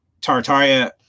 Tartaria